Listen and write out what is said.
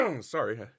Sorry